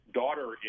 daughter